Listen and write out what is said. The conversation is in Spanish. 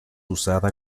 usada